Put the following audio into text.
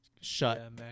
shut